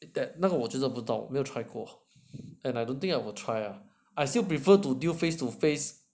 that 那个我真的不懂没有 try 过 and I don't think I would try ah I still prefer to do face to face